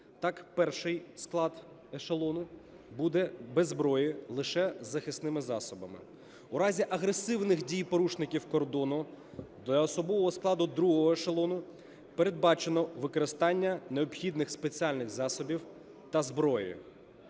Так, перший склад ешелону буде без зброї, лише з захисними засобами. У разі агресивних дій порушників кордону для особового складу другого ешелону передбачено використання необхідних спеціальних засобів та зброї.